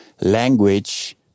language